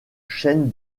chaîne